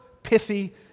pithy